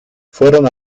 fueron